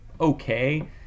okay